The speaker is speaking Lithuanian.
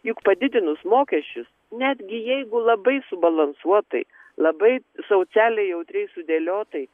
juk padidinus mokesčius netgi jeigu labai subalansuotai labai socialiai jautriai sudėliotai